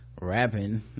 rapping